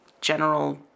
general